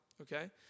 Okay